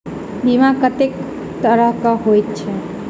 बीमा कत्तेक तरह कऽ होइत छी?